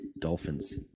Dolphins